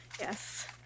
Yes